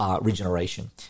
Regeneration